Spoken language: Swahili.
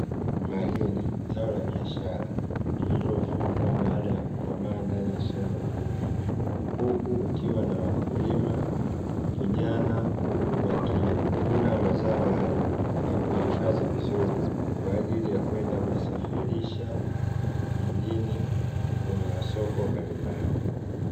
Mahindi zao la biashara lililovunwa baada kukomaa ndani ya shamba kubwa , huku kukiwa na wakulima vijana wakivuna mazao hayo na kuyahifadhi vizuri kwaajili ya kwenda kuyasafirisha mjini kwenye masoko mbalimbali.